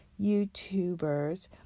youtubers